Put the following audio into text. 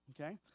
okay